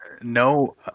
no